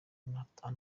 anatole